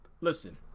listen